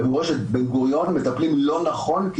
במורשת בן-גוריון מטפלים לא נכון כי